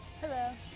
Hello